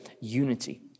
unity